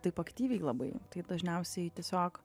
taip aktyviai labai tai dažniausiai tiesiog